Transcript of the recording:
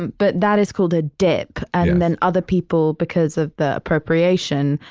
but that is called a dip. and then other people, because of the appropriation,